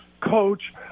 coach